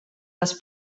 les